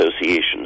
associations